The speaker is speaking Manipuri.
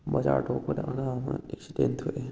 ꯕꯖꯥꯔ ꯊꯣꯛꯄꯗ ꯑꯉꯥꯡ ꯑꯃ ꯑꯦꯛꯁꯤꯗꯦꯟ ꯊꯣꯛꯑꯦ